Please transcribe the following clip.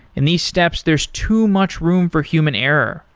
in these steps, there's too much room for human error,